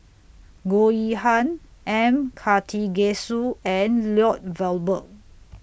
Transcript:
Goh Yihan M Karthigesu and Lloyd Valberg